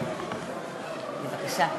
חבר הכנסת